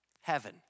heaven